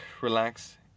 relax